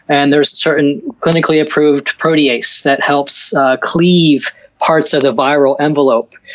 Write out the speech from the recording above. and there's a certain clinically approved protease that helps cleave parts of the viral envelope,